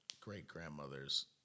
great-grandmother's